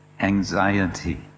anxiety